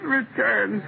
return